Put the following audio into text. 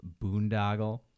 boondoggle